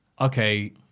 okay